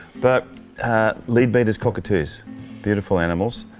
but leadbeater's cockatoos beautiful animals.